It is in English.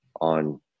on